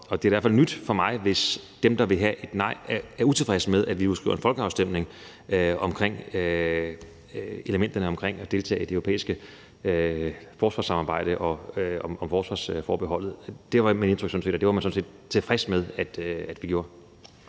Det er i hvert fald nyt for mig, hvis dem, der vil have et nej, er utilfredse med, at vi udskriver en folkeafstemning om elementerne i at deltage i det europæiske forsvarssamarbejde, altså om forsvarsforbeholdet. Der var mit indtryk, at det var man sådan set tilfreds med at vi gjorde.